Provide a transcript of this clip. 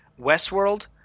westworld